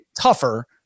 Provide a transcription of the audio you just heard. tougher